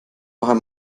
noch